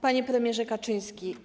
Panie Premierze Kaczyński!